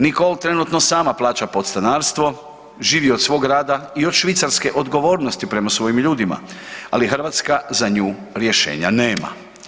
Nikol trenutno sama plaća podstanarstvo, živi od svog rada i od švicarske odgovornosti prema svojim ljudima, ali Hrvatska za nju rješenja nema.